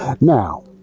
now